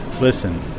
Listen